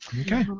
Okay